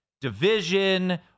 division